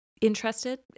interested